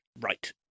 Right